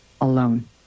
alone